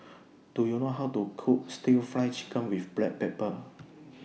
Do YOU know How to Cook Stir Fry Chicken with Black Pepper